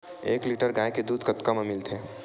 एक लीटर गाय के दुध कतका म मिलथे?